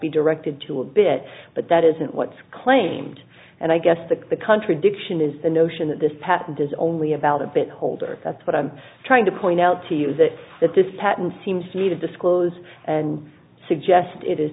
be directed to a bit but that isn't what's claimed and i guess the country addiction is the notion that this patent is only about a bit holder that's what i'm trying to point out to you is that that this patent seems to me to disclose and suggest it is